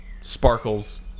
sparkles